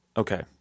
Okay